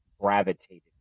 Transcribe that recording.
gravitated